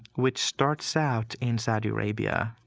which starts out in saudi arabia.